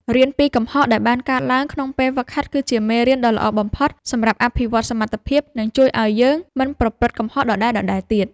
រៀនពីកំហុសដែលបានកើតឡើងក្នុងពេលហ្វឹកហាត់គឺជាមេរៀនដ៏ល្អបំផុតសម្រាប់អភិវឌ្ឍសមត្ថភាព និងជួយឱ្យយើងមិនប្រព្រឹត្តកំហុសដដែលៗទៀត។